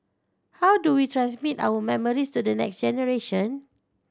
how do we transmit our memories to the next generation